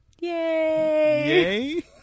Yay